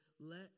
let